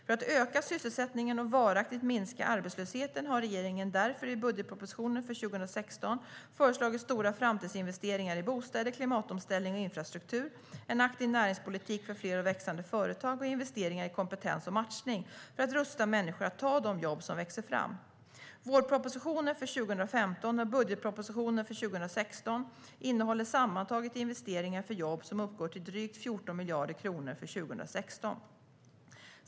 För att öka sysselsättningen och varaktigt minska arbetslösheten har regeringen därför i budgetpropositionen för 2016 föreslagit stora framtidsinvesteringar i bostäder, klimatomställning och infrastruktur, en aktiv näringspolitik för fler och växande företag och investeringar i kompetens och matchning för att rusta människor att ta de jobb som växer fram. Vårpropositionen för 2015 och budgetpropositionen för 2016 innehåller sammantaget investeringar för jobb som uppgår till drygt 14 miljarder kronor för 2016.